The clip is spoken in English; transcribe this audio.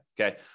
okay